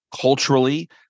culturally